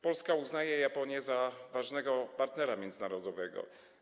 Polska uznaje Japonię za ważnego partnera międzynarodowego.